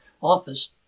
office